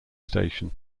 station